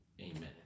Amen